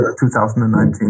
2019